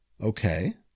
Okay